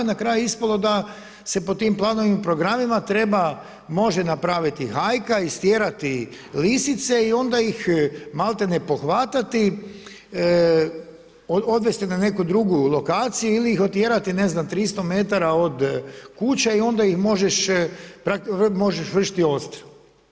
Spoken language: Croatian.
Na kraju je ispalo da se po tim planovima i programima treba, može napraviti hajka, istjerati lisice i onda ih maltene pohvatati, odvesti na neki drugu lokaciju ili ih otjerati ne znam 300 metara od kuće i onda ih možeš, možeš vršiti odstrel.